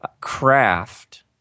craft